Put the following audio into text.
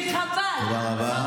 באמת.